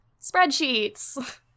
spreadsheets